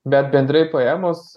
bet bendrai paėmus